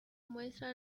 muestra